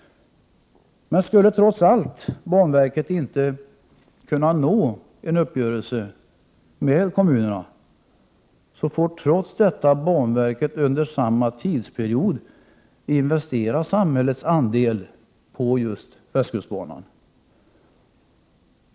Skulle banverket trots allt inte kunna nå en uppgörelse med kommunerna, får banverket ändå under samma tidsperiod investera samhällets andel av västkustbanan.